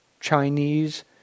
Chinese